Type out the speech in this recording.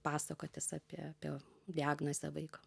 pasakotis apie apie diagnozę vaiko